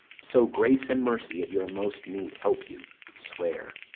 so grace and mercy at your most need help you, swear.